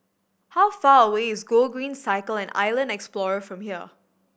how far away is Gogreen Cycle and Island Explorer from here